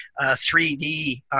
3D